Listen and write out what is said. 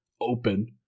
open